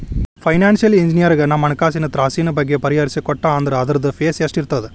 Financial ಇಂಜಿನಿಯರಗ ನಮ್ಹಣ್ಕಾಸಿನ್ ತ್ರಾಸಿನ್ ಬಗ್ಗೆ ಬಗಿಹರಿಸಿಕೊಟ್ಟಾ ಅಂದ್ರ ಅದ್ರ್ದ್ ಫೇಸ್ ಎಷ್ಟಿರ್ತದ?